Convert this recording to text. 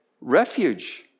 refuge